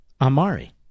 Amari